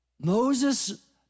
Moses